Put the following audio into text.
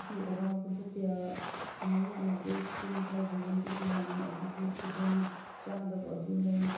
ꯑꯗꯨꯒꯤ ꯑꯋꯥꯕꯗꯨ ꯀꯌꯥ ꯃꯥꯏꯌꯣꯛꯅꯗꯦ ꯆꯤꯡꯗ ꯂꯩꯕ ꯃꯤꯒꯤꯗꯤ ꯌꯥꯝꯅ ꯑꯗꯨꯒꯤ ꯈꯨꯗꯣꯡ ꯆꯥꯗꯕ ꯑꯗꯨ ꯂꯩ